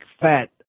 fat